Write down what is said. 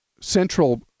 central